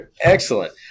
Excellent